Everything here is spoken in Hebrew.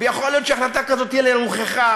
ויכול להיות שהחלטה כזאת תהיה לרוחך,